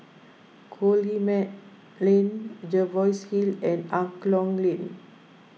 Coleman Lane Jervois Hill and Angklong Lane